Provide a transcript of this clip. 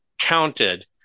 counted